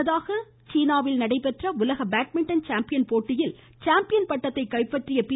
முன்னதாக சீனாவில் நடைபெற்ற உலக பேட்மிட்டன் சாம்பியன் போட்டியில் சாம்பியன் பட்டத்தை கைப்பற்றிய பி